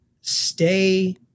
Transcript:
stay